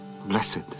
Blessed